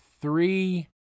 three